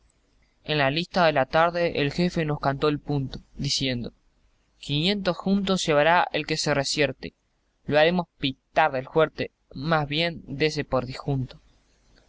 en la lista de la tarde el jefe nos cantó el punto diciendo quinientos juntos llevará el que se resierte lo haremos pitar del juerte mas bien dese por dijunto